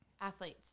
Athletes